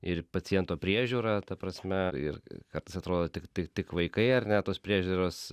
ir paciento priežiūra ta prasme ir kartais atrodo tik tik tik vaikai ar ne tos priežiūros